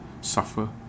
suffer